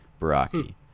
baraki